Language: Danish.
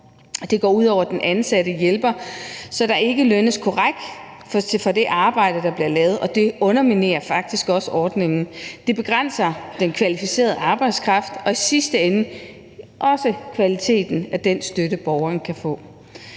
det går ud over den ansatte hjælper, så der ikke lønnes korrekt for det arbejde, der bliver lavet, og det underminerer faktisk også ordningen. Det begrænser den kvalificerede arbejdskraft og i sidste ende også kvaliteten af den støtte, borgeren kan få.